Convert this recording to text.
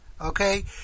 okay